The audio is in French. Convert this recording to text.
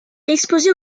exposée